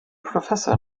professor